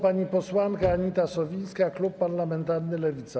Pani posłanka Anita Sowińska, klub parlamentarny Lewica.